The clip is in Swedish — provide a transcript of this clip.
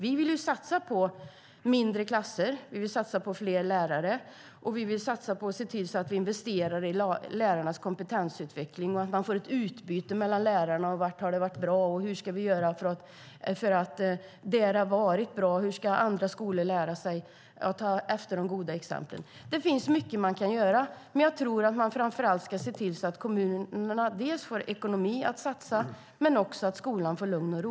Vi vill satsa på mindre klasser. Vi vill satsa på fler lärare. Vi vill se till att vi investerar i lärarnas kompetensutveckling. Det handlar också om att man får ett utbyte mellan lärarna. Var har det varit bra? Och hur ska vi göra för att andra skolor ska lära sig att ta efter de goda exemplen? Det finns mycket man kan göra. Jag tror att man framför allt ska se till att kommunerna får ekonomi för att satsa men också att skolan får lugn och ro.